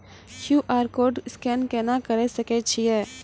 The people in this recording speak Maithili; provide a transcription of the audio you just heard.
क्यू.आर कोड स्कैन केना करै सकय छियै?